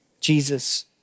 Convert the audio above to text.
Jesus